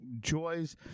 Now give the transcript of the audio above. joys